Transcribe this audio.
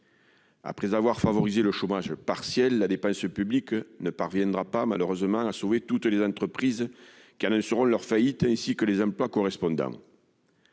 Après avoir favorisé le chômage partiel, la dépense publique ne parviendra pas, malheureusement, à sauver toutes les entreprises qui annonceront leur faillite et les emplois correspondants.